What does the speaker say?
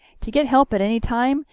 to get help at any time,